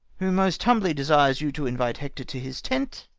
who most humbly desires you to invite hector to his tent